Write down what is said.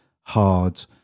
hard